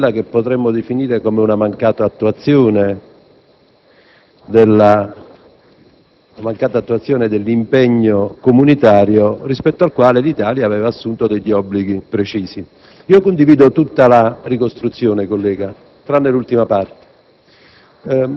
a quella che potremmo definire una mancata attuazione dell'impegno comunitario, rispetto al quale l'Italia aveva assunto degli obblighi precisi. Condivido tutta la sua ricostruzione, collega, tranne l'ultima parte.